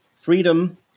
Freedom